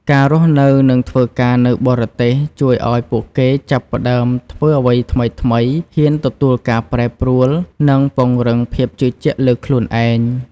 ការរស់នៅនិងធ្វើការនៅបរទេស ជួយអោយពួកគេចាប់ផ្តើមធ្វើអ្វីថ្មីៗ ហ៊ានទទួលការប្រែប្រួល និងពង្រឹងភាពជឿជាក់លើខ្លួនឯង។